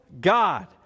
God